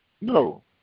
No